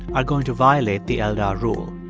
are going to violate the eldar rule.